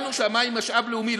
קבענו שהמים משאב לאומי,